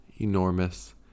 enormous